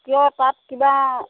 কিয় তাত কিবা